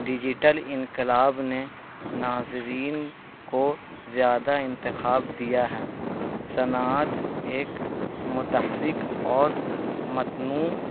digital انقلاب نے ناظرین کو زیادہ انتخاب دیا ہے صنعت ایک متحرک اور متنوع